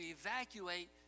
evacuate